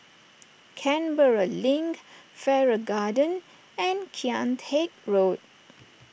Canberra Link Farrer Garden and Kian Teck Road